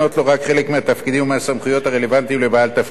רק חלק מהתפקידים ומהסמכויות הרלוונטיים לבעל תפקיד,